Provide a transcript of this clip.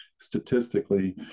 statistically